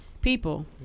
people